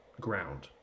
ground